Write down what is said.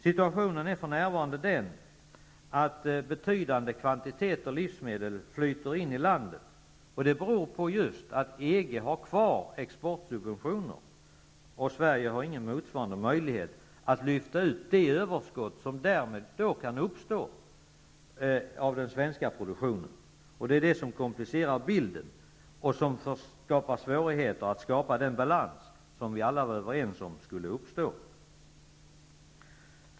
Situationen är för närvarande den att betydande kvantiteter livsmedel flyter in i landet, och det beror just på att EG har kvar exportsubventioner. Sverige har ingen motsvarande möjlighet att lyfta ut det överskott som därmed kan uppstå av den svenska produktionen. Det är detta som komplicerar bilden och skapar svårigheter att få till stånd den balans som vi alla var överens om skulle uppstå.